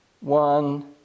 one